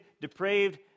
depraved